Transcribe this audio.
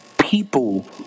people